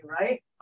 right